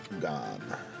gone